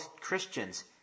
Christians